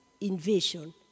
invasion